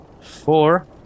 four